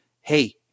hey